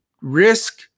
risk